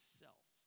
self